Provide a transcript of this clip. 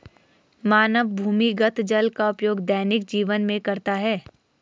मानव भूमिगत जल का उपयोग दैनिक जीवन में करता है